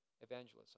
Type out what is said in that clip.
evangelism